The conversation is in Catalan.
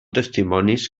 testimonis